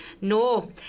No